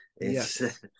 yes